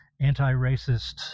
anti-racist